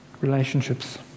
relationships